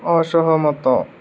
ଅସହମତ